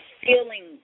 feeling